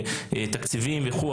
תקציבים וכו',